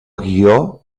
guió